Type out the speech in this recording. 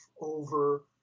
over